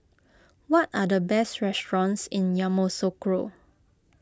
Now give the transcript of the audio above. what are the best restaurants in Yamoussoukro